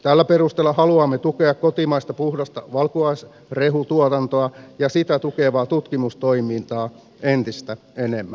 tällä perusteella haluamme tukea kotimaista puhdasta valkuaisrehutuotantoa ja sitä tukevaa tutkimustoimintaa entistä enemmän